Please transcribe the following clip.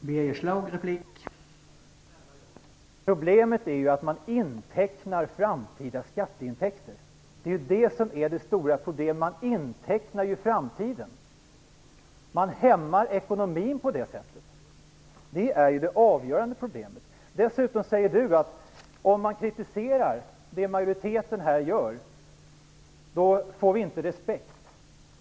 Herr talman! Men kära Jan Jennehag, problemet är man intecknar framtida skatteintäkter. Det är det som är det stora problemet. Man intecknar framtiden och hämmar på det sättet ekonomin. Det är det avgörande felet. Dessutom säger Jan Jennehag att om man kritiserar det majoriteten här gör, får vi inte respekt.